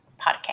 podcast